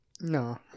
no